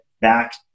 back